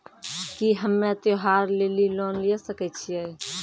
की हम्मय त्योहार लेली लोन लिये सकय छियै?